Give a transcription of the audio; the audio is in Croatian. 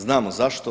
Znamo zašto?